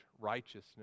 righteousness